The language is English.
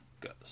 goes